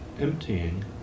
emptying